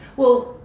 well,